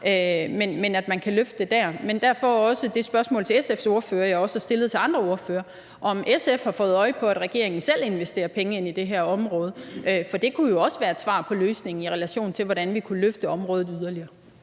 Men man kan løfte det der. Derfor vil jeg også stille det spørgsmål til SF's ordfører, jeg har stillet til andre ordførere: Har SF fået øje på, at regeringen selv investerer penge på det her område? For det kunne jo også være et bud på løsningen, i relation til hvordan vi kunne løfte området yderligere.